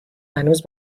هنوز